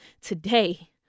today